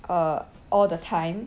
err all the time